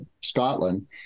Scotland